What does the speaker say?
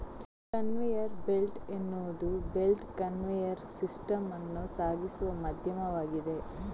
conveyor belt ಎನ್ನುವುದು belt conveyor system ಅನ್ನು ಸಾಗಿಸುವ ಮಾಧ್ಯಮವಾಗಿದೆ